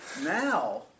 now